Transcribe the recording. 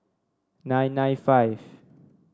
nine nine five